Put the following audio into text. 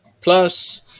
plus